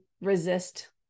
resist